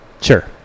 Sure